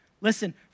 Listen